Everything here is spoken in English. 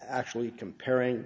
actually comparing